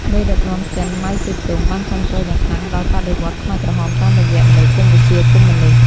មេដឹកនាំចិន ម៉ៅ សេទុង បានគាំទ្រយ៉ាងខ្លាំងដល់បដិវត្តន៍ខ្មែរក្រហមតាមរយៈមនោគមវិជ្ជាកុម្មុយនីស្ត។